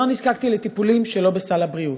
לא נזקקתי לטיפולים שלא בסל הבריאות.